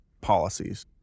policies